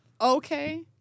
okay